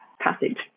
passage